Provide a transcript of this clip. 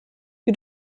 wir